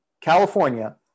California